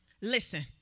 listen